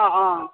অঁ অঁ